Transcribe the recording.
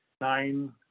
nine